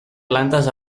plantes